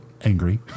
Angry